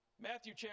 Matthew